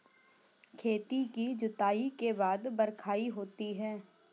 खेती की जुताई के बाद बख्राई होती हैं?